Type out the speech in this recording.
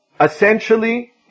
Essentially